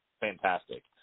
fantastic